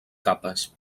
capes